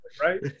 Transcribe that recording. right